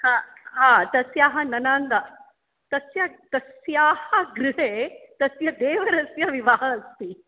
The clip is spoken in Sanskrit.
तस्याः ननान्दः तस्या तस्याः गृहे तस्य देवरस्य विवाहः अस्ति